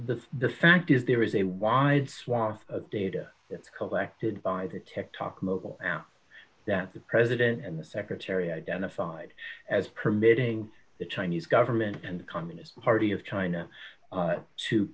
the the fact is there is a wide swath of data that's collected by the tech talk mobile now that the president and the secretary identified as permitting d the chinese government and the communist party of china to